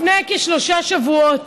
לפני כשלושה שבועות,